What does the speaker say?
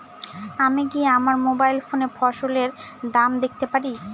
আমি কি আমার মোবাইল ফোনে ফসলের দাম দেখতে পারি?